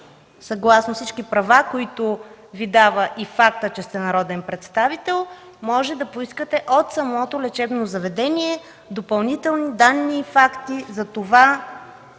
съгласно всички права, които Ви дава и фактът, че сте народен представител. Може да поискате от самото лечебно заведение допълнителни данни и факти коя